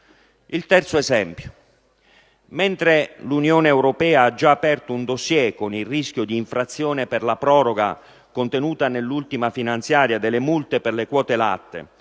Il terzo esempio. Mentre l'Unione europea ha già aperto un *dossier* con il rischio di infrazione per la proroga, contenuta nell'ultima finanziaria, del pagamento delle multe per le quote latte;